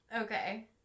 Okay